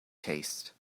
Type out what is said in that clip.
taste